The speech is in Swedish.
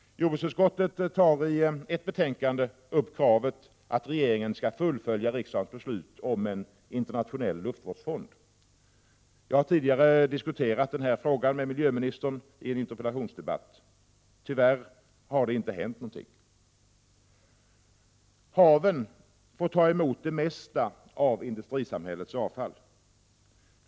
Jordbruksutskottet tar i ett betänkande upp kravet att regeringen skall fullfölja riksdagens beslut om en internationell luftvårdsfond. Jag har tidigare diskuterat den här frågan med miljöministern i en interpellationsdebatt. Tyvärr har det inte hänt någonting. Haven får ta emot det mesta av industrisamhällets avfall.